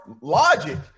logic